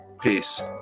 peace